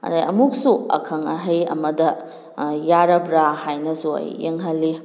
ꯑꯗꯩ ꯑꯃꯨꯛꯁꯨ ꯑꯈꯪ ꯑꯍꯩ ꯑꯃꯗ ꯌꯥꯔꯕ꯭ꯔꯥ ꯍꯥꯏꯅꯁꯨ ꯑꯩ ꯌꯦꯡꯍꯜꯂꯤ